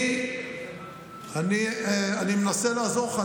אני מנסה לעזור לך.